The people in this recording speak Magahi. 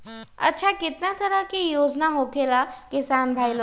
अच्छा कितना तरह के योजना होखेला किसान भाई लोग ला?